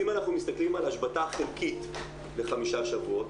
אם אנחנו מסתכלים על השבתה חלקית לחמישה שבועות,